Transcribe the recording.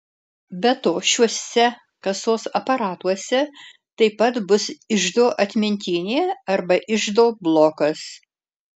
be to šiuose kasos aparatuose taip pat bus iždo atmintinė arba iždo blokas